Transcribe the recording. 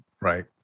Right